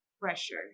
pressure